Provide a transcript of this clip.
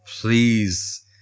Please